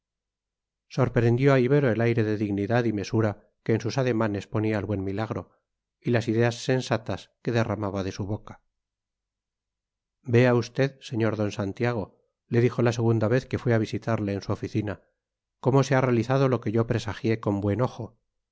sorprendió a ibero el aire de dignidad y mesura que en sus ademanes ponía el buen milagro y las ideas sensatas que derramaba de su boca vea usted sr d santiago le dijo la segunda vez que fue a visitarle en su oficina cómo se ha realizado lo que yo presagié con buen ojo